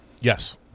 Yes